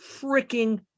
freaking